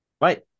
Right